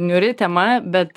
niūri tema bet